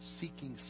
seeking